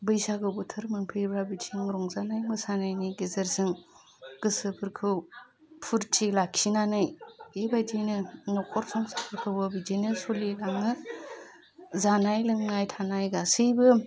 बैसागु बोथोर मोनफैब्ला बिथिं रंजानाय मोसानायनि गेजेरजों गोसोफोरखौ फुरथि लाखिनानै बेबायदिनो न'खर संसारफोरखौबो बिदिनो सोलिलाङो जानाय लोंनाय थानाय गासैबो